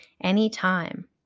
Anytime